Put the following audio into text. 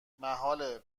محاله